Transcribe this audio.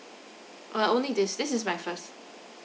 uh only this this is my first